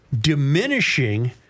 diminishing